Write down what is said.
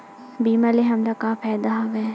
बीमा ले हमला का फ़ायदा हवय?